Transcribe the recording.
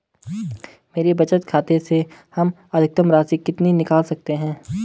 मेरे बचत खाते से हम अधिकतम राशि कितनी निकाल सकते हैं?